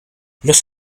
los